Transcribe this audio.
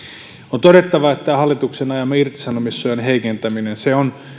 on todettava että hallituksen ajama irtisanomissuojan heikentäminen on